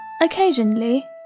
Occasionally